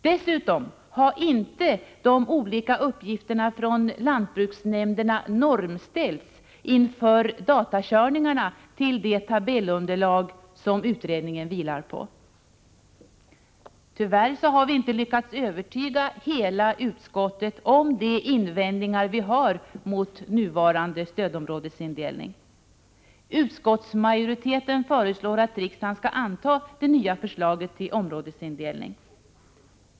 Dessutom har inte de olika uppgifterna från lantbruksnämnderna normställts inför datakörningarna till det tabellunderlag som utredningen vilar på. Tyvärr har vi inte lyckats övertyga hela utskottet om de invändningar vi har mot nuvarande stödområdesindelning. Utskottsmajoriteten föreslår att riksdagen skall anta det nya förslaget till områdesindelning.